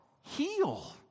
Heal